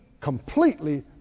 completely